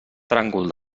tràngol